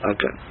Okay